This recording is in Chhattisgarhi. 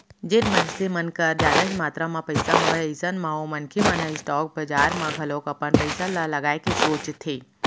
जेन मनसे मन कर जादा ही मातरा म पइसा हवय अइसन म ओ मनखे मन ह स्टॉक बजार म घलोक अपन पइसा ल लगाए के सोचथे